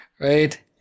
right